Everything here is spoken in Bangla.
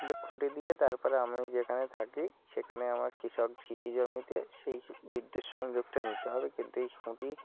দিয়ে খুঁটি দিয়ে তার পরে আমি যেখানে থাকি সেখানে আমার কৃষক কৃষি জমিতে সেই বিদ্যুৎ সংযোগটা নিতে হবে কিন্তু এই খুঁটি